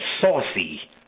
saucy